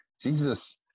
Jesus